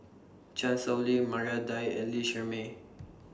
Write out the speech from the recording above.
Chan Sow Lin Maria Dyer and Lee Shermay